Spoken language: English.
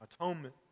Atonement